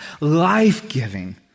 life-giving